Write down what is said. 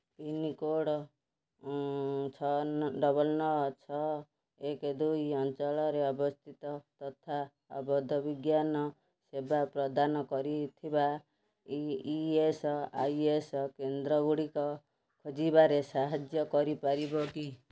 pincode ଛଅ double ନଅ ଛଅ ଏକ ଦୁଇ ଅଞ୍ଚଳରେ ଅବସ୍ଥିତ ତଥା ଅବଦ ବିଜ୍ଞାନ ସେବା ପ୍ରଦାନ କରୁଥିବା ଇ ଏସ୍ ଆଇ ସି କେନ୍ଦ୍ରଗୁଡ଼ିକ ଖୋଜିବାରେ ସାହାଯ୍ୟ କରିପାରିବ କି